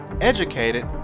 educated